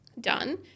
done